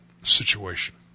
situation